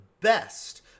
best